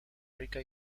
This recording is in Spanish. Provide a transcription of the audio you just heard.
rica